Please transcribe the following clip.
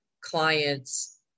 clients